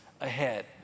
ahead